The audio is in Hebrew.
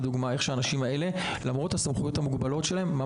למרות הסמכויות המוגבלות שלהם,